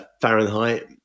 Fahrenheit